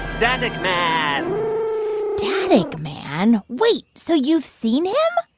static man static man? wait so you've seen him?